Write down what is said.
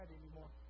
anymore